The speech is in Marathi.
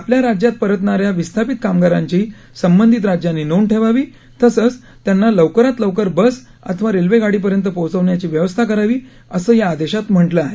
आपल्या राज्यात परतणाऱ्या विस्थापित कामगारांची संबंधित राज्यांनी नोंद ठेवावी तसंच त्यांना लवकरात लवकर बस अथवा रेल्वे गाडीपर्यंत पोहोचण्याची व्यवस्था करावीअसं या आदेशात म्हटलं आहे